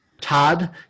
Todd